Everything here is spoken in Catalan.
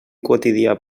quotidià